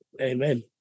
Amen